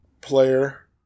player